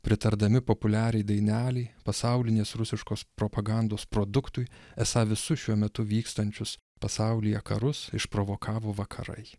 pritardami populiariai dainelei pasaulinės rusiškos propagandos produktui esą visus šiuo metu vykstančius pasaulyje karus išprovokavo vakarai